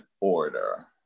order